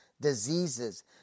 diseases